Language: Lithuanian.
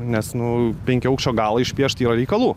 nes nu penkiaaukščio galą išpiešt yra reikalų